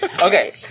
Okay